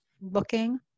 looking